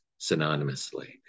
synonymously